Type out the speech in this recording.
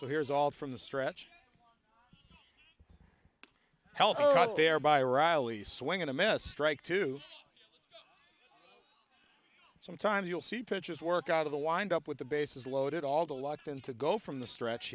so here's all from the stretch health care by riley swing in a mess strike to sometimes you'll see pitches work out of the wind up with the bases loaded all the locked into go from the stretch